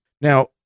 Now